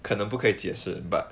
可能不可以解释 but